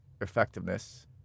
effectiveness